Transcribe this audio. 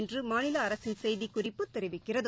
என்றுமாநிலஅரசின் செய்திக்குறிப்பு தெரிவிக்கிறது